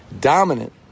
dominant